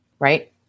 Right